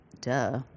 duh